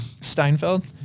Steinfeld